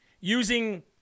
using